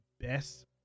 best